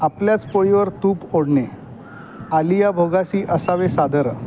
आपल्याच पोळीवर तूप ओढणे आलिया भोगासी असावे सादर